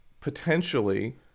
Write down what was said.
potentially